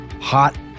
hot